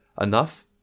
enough